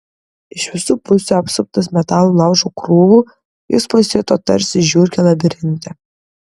iš visų pusių apsuptas metalo laužo krūvų jis pasijuto tarsi žiurkė labirinte